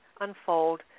unfold